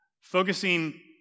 Focusing